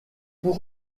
pour